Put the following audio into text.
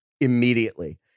immediately